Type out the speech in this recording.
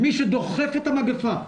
מי שדוחף את המגפה,